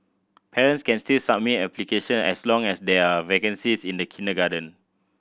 parents can still submit application as long as there are vacancies in the kindergarten